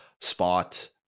spot